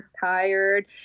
tired